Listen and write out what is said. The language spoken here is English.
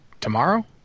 tomorrow